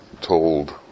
told